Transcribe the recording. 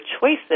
choices